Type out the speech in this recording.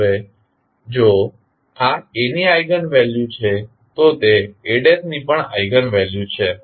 હવે જો આ A ની આઇગન વેલ્યુ છે તો તે A ની પણ આઇગન વેલ્યુ છે